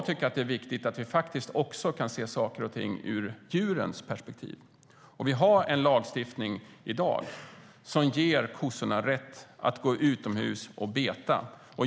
Det är viktigt att vi kan se saker och ting ur djurens perspektiv. Vi har i dag en lagstiftning som ger kossorna rätt att gå utomhus och beta.